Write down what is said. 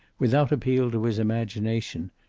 without appeal to his imagination.